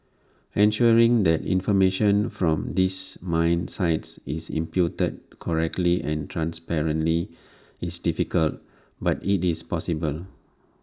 ensuring that information from these mine sites is inputted correctly and transparently is difficult but IT is possible